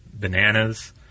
Bananas